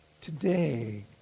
today